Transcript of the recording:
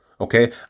Okay